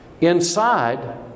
Inside